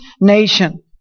nation